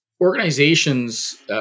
organizations